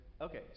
Okay